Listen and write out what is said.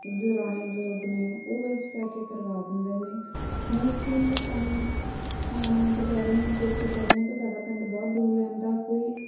ਪੁਰਾਣੇ ਬਜ਼ੁਰਗ ਨੇ ਉਹ ਵਿੱਚ ਪੈ ਕੇ ਕਰਵਾ ਦਿੰਦੇ ਨੇ ਮੋਸਟਲੀ ਇਹ ਸਾਨੂੰ ਥਾਣੇ ਕਚਹਿਰੀਆਂ ਕੋਟ ਕਚਹਿਰੀਆਂ ਤੋਂ ਸਾਡਾ ਪਿੰਡ ਬਹੁਤ ਦੂਰ ਰਹਿੰਦਾ ਕੋਈ